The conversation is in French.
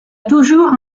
toujours